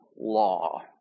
law